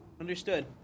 Understood